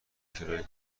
کرایه